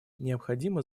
необходимо